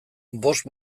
bost